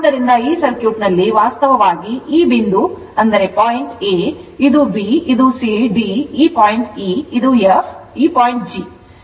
ಆದ್ದರಿಂದ ಈ ಸರ್ಕ್ಯೂಟ್ ನಲ್ಲಿ ವಾಸ್ತವವಾಗಿ ಈ ಪಾಯಿಂಟ್ a ಇದು b ಇದು c d ಈ ಪಾಯಿಂಟ್ e ಇದು f ಮತ್ತು ಈ ಪಾಯಿಂಟ್ g